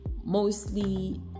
mostly